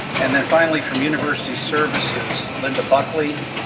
and then, finally, from university services, linda buckley,